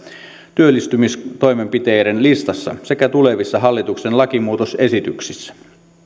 työllistymistoimenpiteiden listassa sekä tulevissa hallituksen lakimuutosesityksissä